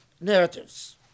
narratives